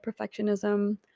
perfectionism